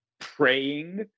praying